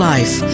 Life